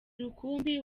rukumbi